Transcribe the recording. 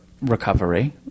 recovery